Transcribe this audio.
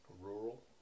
Rural